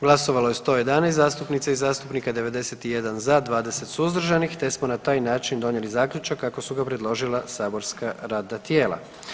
Glasovalo je 111 zastupnica i zastupnika, 91 za, 20 suzdržanih, te smo na taj način donijeli zaključak kako su ga predložila saborska radna tijela.